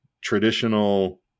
traditional